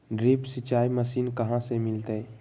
Drip सिंचाई machine कहाँ से मिलतै?